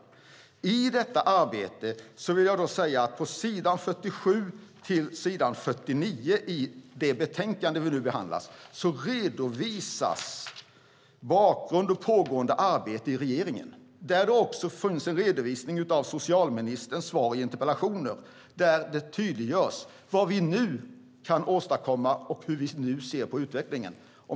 När det gäller detta arbete vill jag säga att på s. 47-49 i det betänkande vi nu behandlar redovisas bakgrund och pågående arbete i regeringen. Det har också funnits en redovisning av socialministerns svar på interpellationer, där det tydliggörs vad vi nu kan åstadkomma och hur vi nu ser på utveckling.